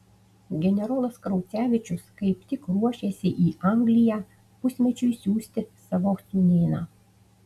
generolas kraucevičius kaip tik ruošėsi į angliją pusmečiui siųsti savo sūnėną